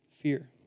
fear